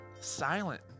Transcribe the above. silent